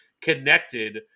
connected